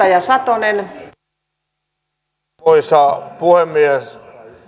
arvoisa puhemies